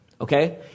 okay